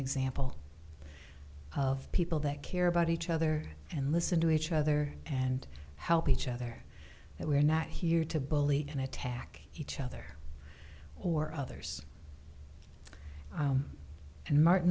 example of people that care about each other and listen to each other and help each other that we are not here to bully and attack each other or others and martin